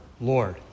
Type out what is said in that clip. Lord